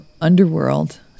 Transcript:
underworld